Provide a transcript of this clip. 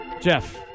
Jeff